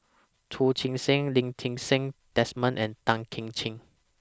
Chu Chee Seng Lee Ti Seng Desmond and Tan Kim Ching